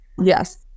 Yes